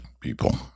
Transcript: people